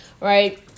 Right